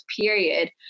period